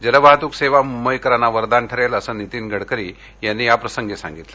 जलवाहतूक सेवा मूंबईकरांना वरदान ठरेल असं नितीन गडकरी यांनी याप्रसंगी सांगितलं